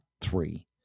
three